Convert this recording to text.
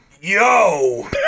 yo